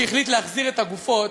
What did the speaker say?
שהחליט להחזיר את הגופות,